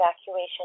evacuation